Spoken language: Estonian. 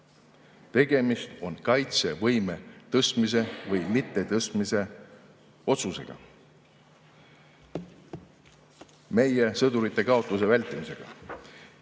tegemist on kaitsevõime tõstmise või mittetõstmise otsusega, meie sõdurite kaotuse vältimisega.